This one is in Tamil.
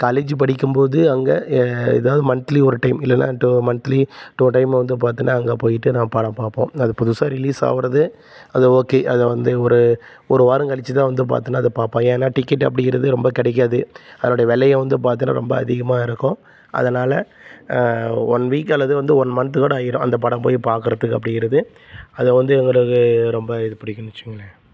காலேஜு படிக்கும் போது அங்கே ஏதாவது மந்த்லி ஒரு டைம் இல்லைன்னா டூ மந்த்லி டூ டைம் வந்து பார்த்தீகன்னா அங்கே போய்விட்டு நான் படம் பார்ப்போம் அது புதுசாக ரிலீஸ் ஆகிறது அது ஓகே அதை வந்து ஒரு ஒரு வாரம் கழித்து தான் வந்து பார்த்தோன்னா அது வந்து பார்ப்போம் அது ஏன்னால் டிக்கெட்டு அப்படிங்கிறது ரொம்ப கிடைக்காது அதனுடைய விலைய வந்து பார்த்தீங்கன்னா ரொம்ப அதிகமாக இருக்கும் அதனால் ஒன் வீக் அல்லது வந்து ஒன் மந்த் கூட ஆகிரும் அந்த படம் போய் பார்க்குறதுக்கு அப்படிங்கிறது அதை வந்து எங்களுக்கு ரொம்ப இது பிடிக்கும்னு வச்சுக்கோங்களேன்